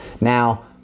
Now